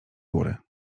góry